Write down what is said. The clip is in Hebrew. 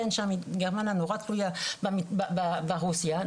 גרמניה נורא תלויה ברוסיה,